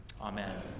Amen